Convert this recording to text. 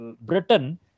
Britain